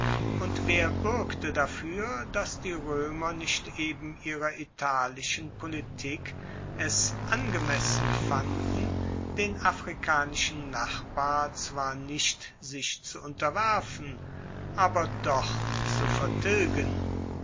und wer buergte dafuer dass die roemer nicht eben ihrer italischen politik es angemessen fanden den afrikanischen nachbar zwar nicht sich zu unterwerfen aber doch zu vertilgen